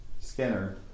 Skinner